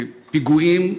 פיגועים.